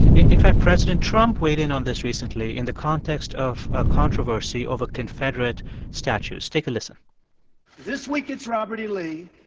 in in fact, president trump weighed in on this recently in the context of ah controversy over confederate statues. take a listen this week, it's robert e. lee.